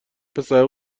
پسر